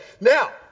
Now